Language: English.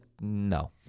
no